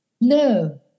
No